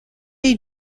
est